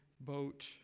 boat